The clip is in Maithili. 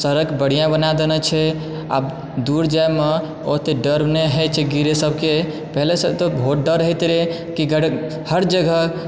सड़क बढ़िआँ बना देनय छै आब दूर जाइमे ओतय डर नहि होइ छै गिरय सभके पहिलेसँ तऽ बहुत डर होयत रहय की हर जगह